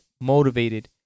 motivated